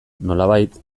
nolabait